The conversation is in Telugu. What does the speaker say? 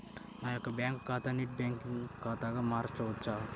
నా యొక్క బ్యాంకు ఖాతాని నెట్ బ్యాంకింగ్ ఖాతాగా మార్చవచ్చా?